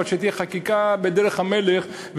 אבל שתהיה חקיקה בדרך המלך,